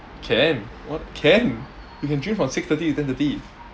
can wh~ can you can drink from six thirty to ten thirty